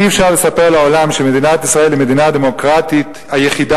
אי-אפשר לספר לעולם שמדינת ישראל היא המדינה הדמוקרטית היחידה